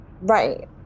Right